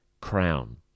crown